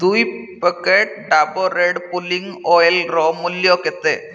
ଦୁଇ packet Dabur red pulling ଅଏଲ୍ର ମୂଲ୍ୟ କେତେ